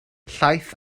llaeth